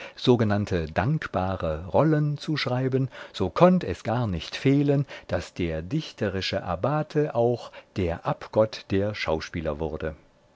sogenannte dankbare rollen zu schreiben so könnt es gar nicht fehlen daß der dichterische abbate auch der abgott der schauspieler wurde